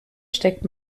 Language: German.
steckt